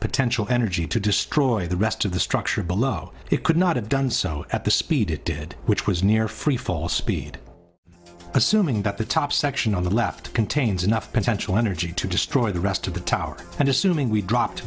potential energy to destroy the rest of the structure below it could not have done so at the speed it did which was near free fall speed assuming that the top section on the left contains enough potential energy to destroy the rest of the tower and assuming we dropped